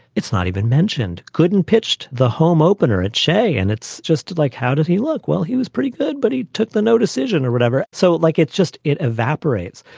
it's not even mentioned. gooden pitched the home opener at shea. and it's just like, how did he look? well, he was pretty good, but he took the no decision or whatever. so, like, it's just it evaporates.